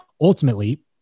ultimately